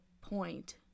point